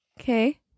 okay